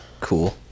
Cool